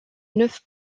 neuf